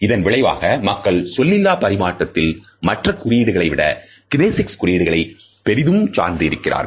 இதன் விளைவாக மக்கள் சொல்லிலா பரிமாற்றத்தில் மற்ற குறியீடுகளை விட கினேசிக்ஸ் குறியீடுகளை பெரிதும் சார்ந்து இருக்கிறார்கள்